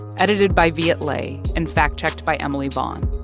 edited by viet le and fact-checked by emily vaughn.